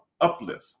uplift